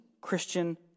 christian